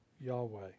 Yahweh